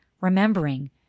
remembering